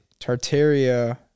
Tartaria